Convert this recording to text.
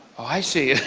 i see,